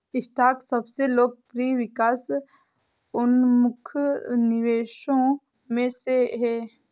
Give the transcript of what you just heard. stock सबसे लोकप्रिय विकास उन्मुख निवेशों में से है